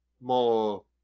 more